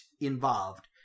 involved